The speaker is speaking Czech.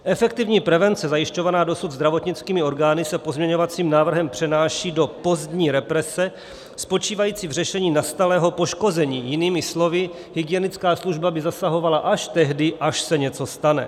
Efektivní prevence zajišťovaná dosud zdravotnickými orgány se pozměňovacím návrhem přenáší do pozdní represe spočívající v řešení nastalého poškození, jinými slovy, hygienická služba by zasahovala až tehdy, až se něco stane.